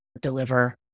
deliver